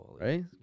Right